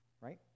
right